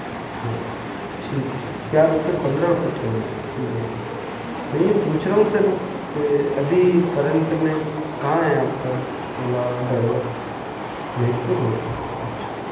हाँ ठीक ठीक क्या रुपए पन्द्रह रुपए किलोमीटर ठीक है मैं यह पूछ रहा हूँ सर के अभी करंट में कहाँ है आपका ओला ड्राईवर महिपुर रोड पर अच्छा